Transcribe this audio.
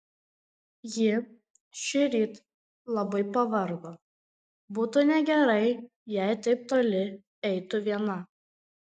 ji šįryt labai pavargo būtų negerai jei taip toli eitų viena